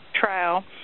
trial